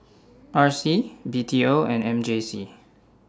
R C B T O and M J C